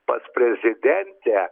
pas prezidentę